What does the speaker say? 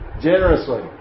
generously